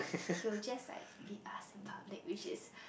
he will just like beat us in public which is